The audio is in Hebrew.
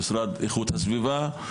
מהמשרד לאיכות הסביבה,